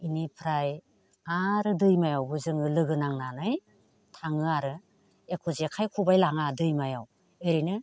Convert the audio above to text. बेनिफ्राय आरो दैमायावबो जोङो लोगो नांनानै थाङो आरो एख' जेखाइ खबाइ लाङा दैमायाव एरैनो